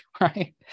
right